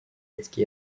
etki